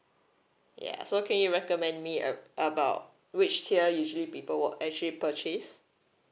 ya so can you recommend me ab~ about which tier usually people will actually purchase